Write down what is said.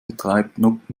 betreibt